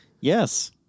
Yes